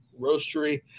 Roastery